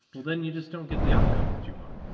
well then you just don't get the outcome that you want.